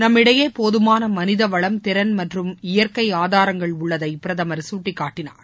நம்மிடையே போதுமான மனித வளம் திறன் மற்றும் இயற்கை ஆதாரங்கள் உள்ளதை பிரதமர் சுட்டிக்காட்டினார்